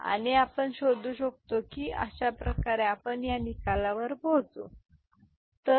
आणि आपण शोधू शकता की आपण या निकालावर पोहोचू शकता ठीक आहे